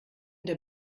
der